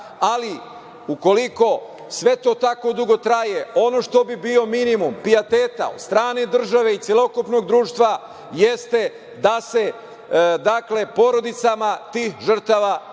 ali ukoliko sve to tako dugo traje, ono što bi bio minimum pijateta od strane države i celokupnog društva, jeste da se porodicama tih žrtava,